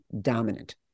dominant